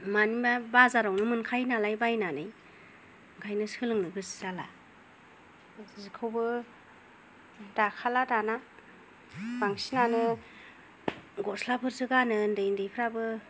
मानोबा बाजारावनो मोनखायो नालाय बायनानै ओंखायनो सोलोंनो गोसो जाला जिखौबो दाखाला दाना बांसिनानो गस्लाफोरसो गानो उन्दै उन्दैफ्राबो